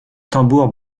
tambours